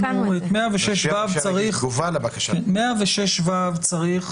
שב- 106ו צריך